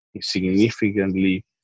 significantly